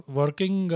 working